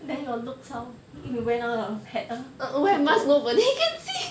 then your looks how you went out off hat ah